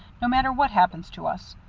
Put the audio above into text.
no matter what happens to us.